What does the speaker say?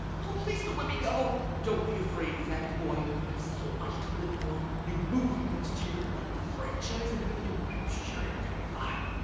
please don't let me go. don't be afraid, fact boy! you have so much to live for! a new movie next year, and a whole franchise ahead of you, i'm sure you're gonna be fine.